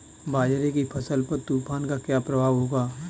बाजरे की फसल पर तूफान का क्या प्रभाव होगा?